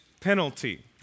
penalty